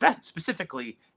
specifically